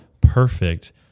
perfect